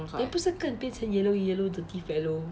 then 不是更变成 yellow yellow 的 teeth yellow